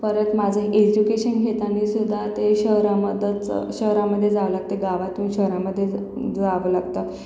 परत माझं एज्युकेशन घेताना सुद्धा ते शहरामध्येच शहरामध्ये जावं लागतं गावातून शहरामध्ये ज जावं लागतं